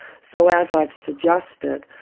so as i've suggested,